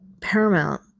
paramount